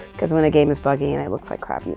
cause when a game is buggy and it looks like crap,